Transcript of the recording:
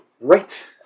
Right